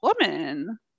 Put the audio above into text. woman